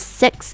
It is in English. six